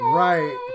right